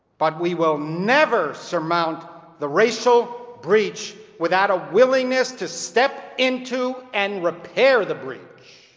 but we will never surmount the racial breach without a willingness to step into, and repair, the breach.